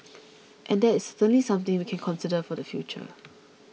and that is certainly something we can consider for the future